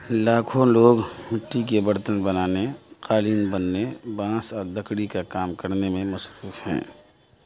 لاکھوں لوگ مٹی کے برتن بنانے قالین بننے بانس اور لکڑی کا کام کرنے میں مصروف ہیں